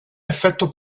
effetto